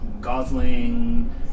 Gosling